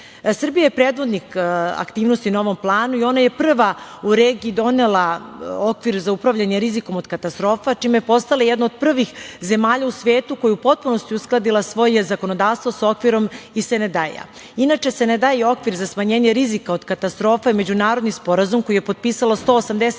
je predvodnik aktivnosti na ovom planu i ona je prava u regiji donela Okvir za upravljanje rizika od katastrofa, čime je postala jedna od prvih zemalja u svetu koja je u potpunosti uskladila svoje zakonodavstvo sa Okvirom iz Senedaija. Inače, Senedaj okvir za smanjenje rizika od katastrofa je međunarodni sporazum koji je potpisalo 180